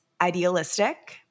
Idealistic